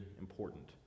important